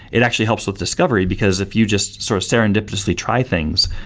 it actually helps with discovery, because if you just sort of serendipitously try things,